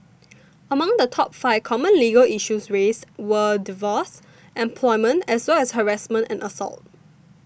among the top five common legal issues raised were divorce employment as well as harassment and assault